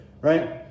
Right